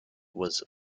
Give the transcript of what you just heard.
was